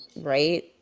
right